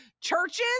churches